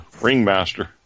ringmaster